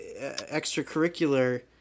extracurricular